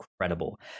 incredible